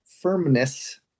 firmness